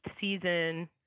season